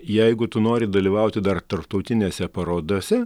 jeigu tu nori dalyvauti dar tarptautinėse parodose